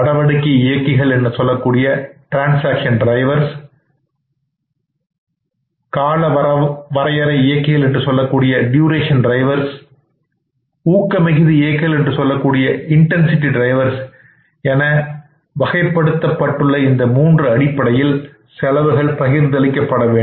நடவடிக்கை இயக்கிகள் காலவரையறை இயக்கிகள் ஊக்கமிகுதி இயக்கிகள் எனம் வகைப்படுத்தப்பட்டுள்ள இந்த மூன்று அடிப்படையில் செலவுகள் பகிர்ந்தளிக்கப்பட வேண்டும்